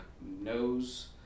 knows